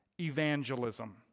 Evangelism